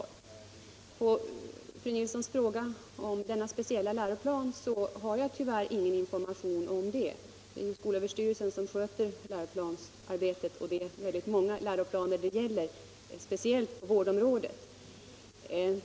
När det gäller fru Nilssons fråga om denna speciella läroplan har jag tyvärr ingen information. Det är skolöverstyrelsen som sköter läroplansarbetet, och det är många läroplaner det gäller, speciellt på vårdområdet.